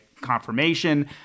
confirmation